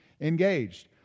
engaged